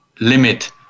limit